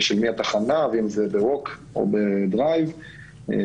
של מי התחנה ואם זה ב-Walk או בדרייב וכו'.